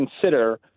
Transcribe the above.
consider